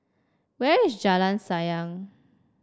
where is Jalan Sayang